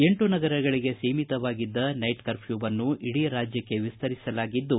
ಎಂಟು ನಗರಗಳಿಗೆ ಸೀಮಿತವಾಗಿದ್ದ ನೈಟ್ ಕರ್ಫ್ಯೂವನ್ನು ಇಡೀ ರಾಜ್ವಕ್ಕೆ ವಿಸ್ತರಿಸಲಾಗಿದ್ದು